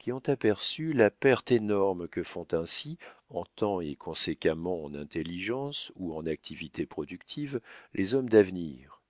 qui ont aperçu la perte énorme que font ainsi en temps et conséquemment en intelligence ou en activité productive les hommes d'avenir